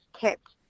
kept